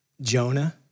Jonah